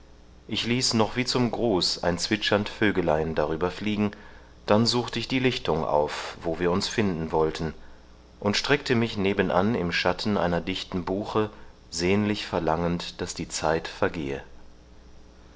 ich ließ noch wie zum gruß ein zwitschernd vögelein darüber fliegen dann suchte ich die lichtung auf wo wir uns finden wollten und streckte mich nebenan im schatten einer dichten buche sehnlich verlangend daß die zeit vergehe